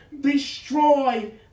destroy